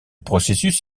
processus